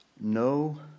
No